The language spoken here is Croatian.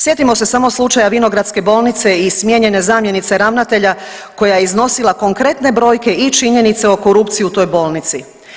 Sjetimo se samo slučaja vinogradske bolnice i smijenjene zamjenice ravnatelja koja je iznosila konkretne brojke i činjenice o korupciji u toj bolnici.